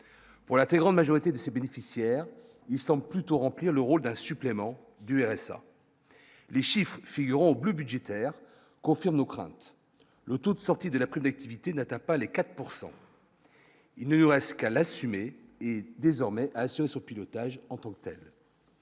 Pour la très grande majorité de ses bénéficiaires, il semble plutôt remplir le rôle d'un supplément du RSA les chiffres figurant au bleu budgétaire confirme nos craintes, le taux de sortie de la connectivité n'atteint pas les 4 pourcent. Ilnur escale assumer désormais assuré son pilotage en tant que telle.